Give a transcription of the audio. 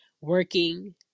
working